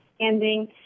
ending